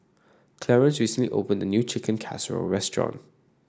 Clarence recently opened a new Chicken Casserole restaurant